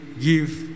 give